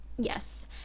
Yes